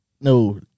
No